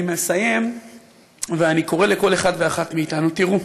אני מסיים ואני קורא לכל אחד ואחת מאתנו: תראו,